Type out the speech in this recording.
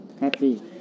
Happy